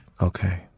Okay